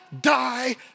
die